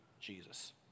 Jesus